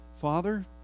Father